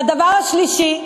והדבר השלישי,